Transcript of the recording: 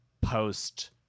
post